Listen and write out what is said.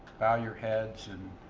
bow your heads and